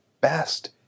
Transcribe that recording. best